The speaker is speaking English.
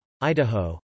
Idaho